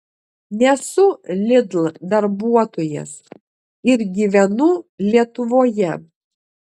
nesu lidl darbuotojas ir gyvenu lietuvoje